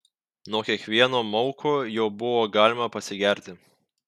nuo kiekvieno mauko jau buvo galima pasigerti